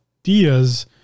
ideas